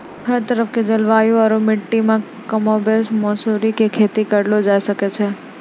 हर तरह के जलवायु आरो मिट्टी मॅ कमोबेश मौसरी के खेती करलो जाय ल सकै छॅ